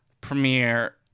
premiere